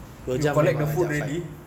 you collect the food already